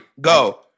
Go